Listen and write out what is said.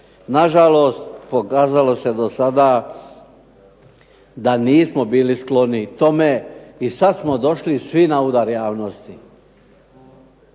Na žalost pokazalo se do sada da nismo bili skloni tome i sad smo došli svi na udar javnosti,